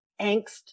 angst